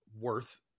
worth